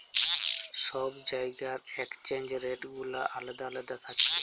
ছব জায়গার exchange rate গুলা আলেদা আলেদা থ্যাকে